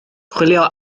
chwilio